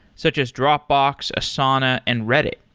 such as dropbox, asana and reddit.